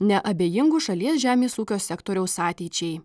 neabejingų šalies žemės ūkio sektoriaus ateičiai